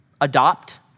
adopt